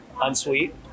Unsweet